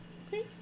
See